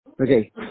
Okay